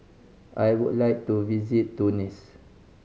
I would like to visit Tunis